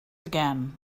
again